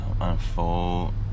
unfold